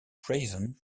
prison